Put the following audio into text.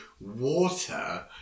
water